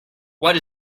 what